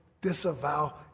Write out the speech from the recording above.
disavow